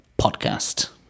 podcast